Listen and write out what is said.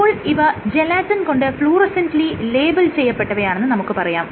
ഇപ്പോൾ ഇവ ജലാറ്റിൻ കൊണ്ട് ഫ്ലൂറസെന്റ്ലി ലേബൽ ചെയ്യപ്പെട്ടവയാണെന്ന് നമുക്ക് പറയാം